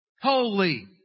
Holy